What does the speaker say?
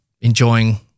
enjoying